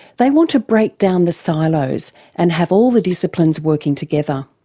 they want to break down the silos and have all the disciplines working together.